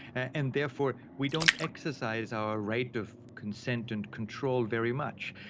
and therefore we don't exercise our right of consent and control very much.